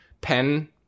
pen